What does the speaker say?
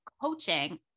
coaching